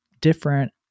different